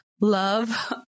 Love